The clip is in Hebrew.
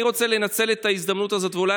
אני רוצה לנצל את ההזדמנות הזאת ואולי